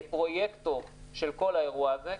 כפרויקטור של כל האירוע הזה,